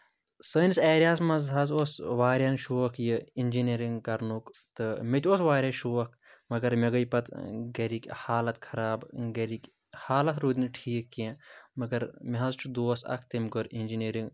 سٲنِس ایریاہَس منٛز حظ اوس واریاہَن شوق یہِ اِنجیٖنٔرِنٛگ کَرنُک تہٕ مےٚ تہِ اوس واریاہ شوق مگر مےٚ گٔے پَتہٕ گَرِکۍ حالت خراب گَرِکۍ حالت روٗدۍ نہٕ ٹھیٖک کینٛہہ مگر مےٚ حظ چھُ دوس اَکھ تٔمۍ کٔر اِنجیٖنرِنٛگ